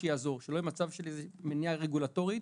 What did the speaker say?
שלא יהיה מצב של מניע רגולטורי,